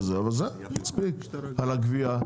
על הגבייה,